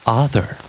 Author